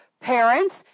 Parents